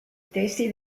testi